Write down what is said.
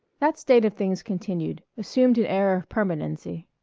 that state of things continued, assumed an air of permanency.